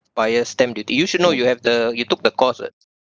buyer's stamp duty you should know you have the you took the course [what]